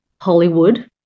Hollywood